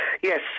yes